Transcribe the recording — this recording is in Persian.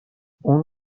اون